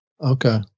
Okay